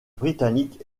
britanniques